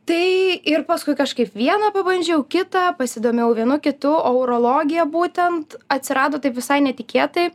tai ir paskui kažkaip vieną pabandžiau kitą pasidomėjau vienu kitu o urologija būtent atsirado taip visai netikėtai